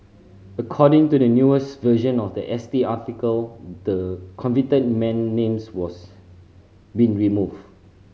according to the newest version of the S T article the convicted man names was been removed